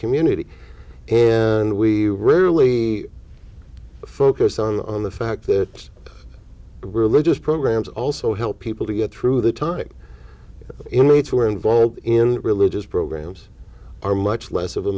community and we rarely focus on the fact that religious programs also help people to get through the time inmates who are involved in religious programs are much less of a